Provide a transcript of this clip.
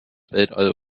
weltall